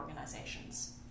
organizations